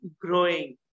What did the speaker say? growing